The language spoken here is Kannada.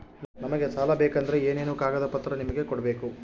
ನಮಗೆ ಸಾಲ ಬೇಕಂದ್ರೆ ಏನೇನು ಕಾಗದ ಪತ್ರ ನಿಮಗೆ ಕೊಡ್ಬೇಕು?